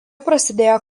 prasidėjo